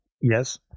Yes